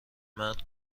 مرد